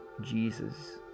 Jesus